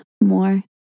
more